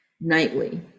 nightly